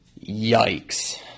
Yikes